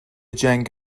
جنگ